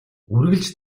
үргэлж